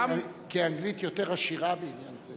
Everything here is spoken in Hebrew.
כי אנגלית יותר עשירה בעניין זה.